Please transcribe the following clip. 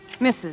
Mrs